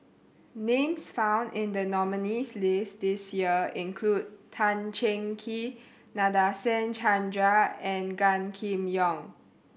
names found in the nominees' list this year include Tan Cheng Kee Nadasen Chandra and Gan Kim Yong